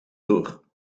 door